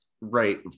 Right